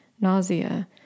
nausea